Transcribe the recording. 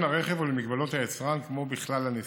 הרכב ולמגבלות היצרן כמו בכלל הנסיעות.